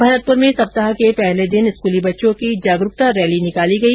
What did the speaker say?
भरतपुर में सप्ताह के पहले दिन स्कूली बच्चों की जागरूकता रैली निकाली गई